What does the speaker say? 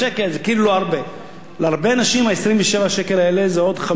להרבה אנשים 27 השקלים האלה זה עוד חמש או שש כיכרות לחם,